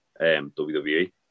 WWE